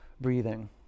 breathing